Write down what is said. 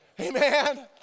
Amen